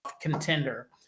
contender